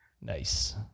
nice